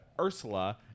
Ursula